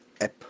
app